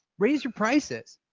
raise your prices.